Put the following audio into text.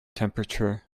temperature